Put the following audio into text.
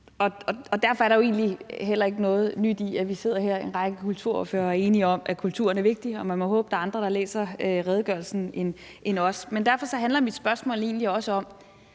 Derfor er der egentlig heller ikke noget nyt i, at vi sidder her en række kulturordførere og er enige om, at kulturen er vigtig. Og man må håbe, at der er andre, der læser redegørelsen, end os. Men derfor handler mit spørgsmål egentlig også om: